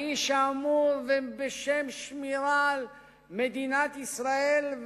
האיש שאמון בשם שמירה על מדינת ישראל,